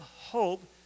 hope